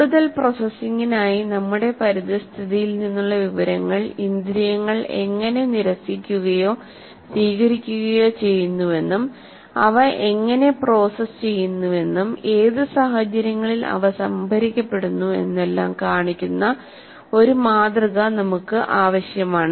കൂടുതൽ പ്രോസസ്സിംഗിനായി നമ്മുടെ പരിതസ്ഥിതിയിൽ നിന്നുള്ള വിവരങ്ങൾ ഇന്ദ്രിയങ്ങൾ എങ്ങനെ നിരസിക്കുകയോ സ്വീകരിക്കുകയോ ചെയ്യുന്നുവെന്നും അവ എങ്ങനെ പ്രോസസ്സ് ചെയ്യുന്നുവെന്നും ഏത് സാഹചര്യങ്ങളിൽ അവ സംഭരിക്കപ്പെടുന്നു എന്നെല്ലാം കാണിക്കുന്ന ഒരു മാതൃക നമുക്ക് ആവശ്യമാണ്